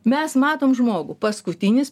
mes matom žmogų paskutinis